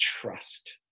trust